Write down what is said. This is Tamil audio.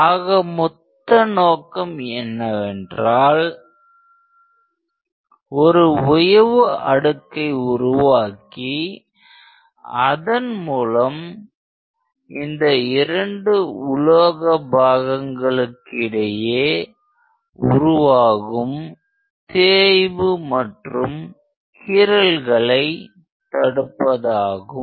ஆக மொத்த நோக்கம் என்னவென்றால் ஒரு உயவு அடுக்கை உருவாக்கி அதன்மூலம் இந்த இரண்டு உலோக பாகங்களுக்கு இடையே உருவாகும் தேய்வு மற்றும் கீறல்களை தடுப்பதாகும்